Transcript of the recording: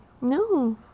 No